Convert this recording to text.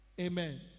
Amen